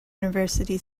university